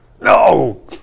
no